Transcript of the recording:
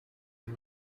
and